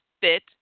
fit